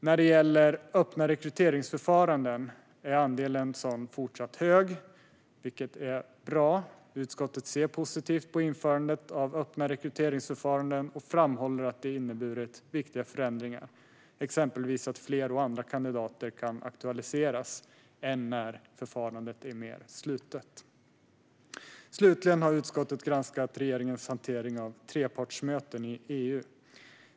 När det gäller öppna rekryteringsförfaranden är andelen sådana fortsatt hög, vilket är bra. Utskottet ser positivt på införandet av öppna rekryteringsförfaranden och framhåller att det har inneburit viktiga förändringar, exempelvis att fler och andra kandidater kan aktualiseras än när förfarandet är mer slutet. Slutligen har utskottet granskat regeringens hantering av trepartsmöten i EU.